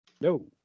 No